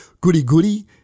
goody-goody